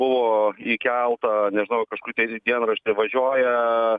buvo įkelta nežinau į kažkurį tai dienraštį važiuoja